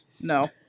No